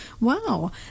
Wow